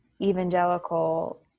evangelical